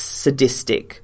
sadistic